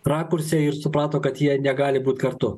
rakurse ir suprato kad jie negali būt kartu